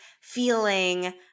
feeling